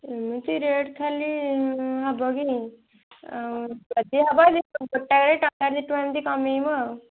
ଏମିତି ରେଟ୍ ଖାଲି ହବ କି ଆଉ ଯଦି ହବ ସେଇ ଗୋଟାଏରେ ଟଙ୍କେ ଦୁଇଟଙ୍କା ଏମିତି କମିବ ଆଉ